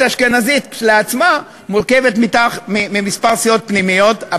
האשכנזית לעצמה מורכבת מכמה סיעות פנימיות.